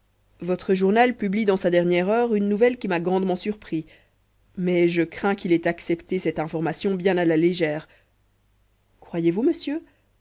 votre journal publie dans sa dernière heure une nouvelle qui m'a grandement surpris mais je crains qu'il ait accepté cette information bien à la légère croyez-vous monsieur